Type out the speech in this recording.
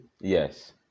Yes